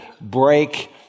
break